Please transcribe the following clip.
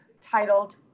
titled